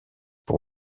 pour